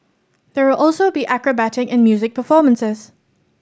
there will also be acrobatic and music performances